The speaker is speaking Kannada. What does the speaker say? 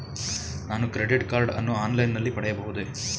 ನಾನು ಕ್ರೆಡಿಟ್ ಕಾರ್ಡ್ ಅನ್ನು ಆನ್ಲೈನ್ ನಲ್ಲಿ ಪಡೆಯಬಹುದೇ?